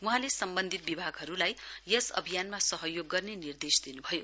वहाँले सम्बन्अधित विभागहरूलाई यस अभियानमा सहयोग गर्ने निर्देश दिन्भयो